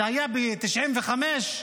הייתה ב-1995,